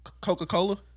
Coca-Cola